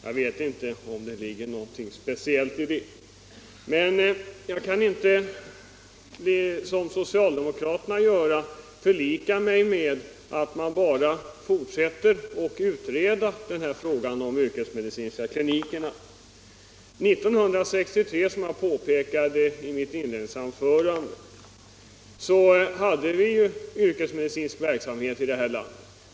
Jag vet inte om det ligger någonting speciellt i detta. Men jag kan inte som socialdemokraterna gör förlika mig med att man bara fortsätter och utreder den här frågan om de yrkesmedicinska klinikerna. År 1963, som jag påpekade i mitt inledningsanförande, hade vi yrkesmedicinsk verksamhet i det här landet.